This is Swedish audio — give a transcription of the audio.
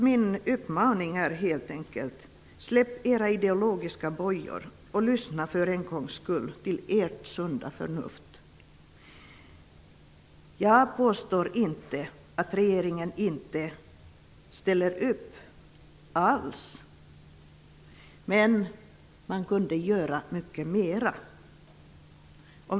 Min uppmaning är helt enkel: Släpp era ideologisk bojor och lyssna för en gångs skull till ert sunda förnuft! Jag påstår inte att regeringen inte ställer upp alls, men den kunde göra mycket mera.